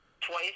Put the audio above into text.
Twice